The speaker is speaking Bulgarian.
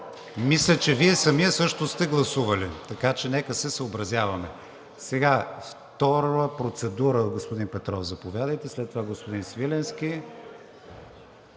мисля, че Вие самият също сте гласувал, така че нека се съобразяваме. Втора процедура – господин Петров, заповядайте. След това господин Свиленски.